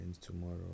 tomorrow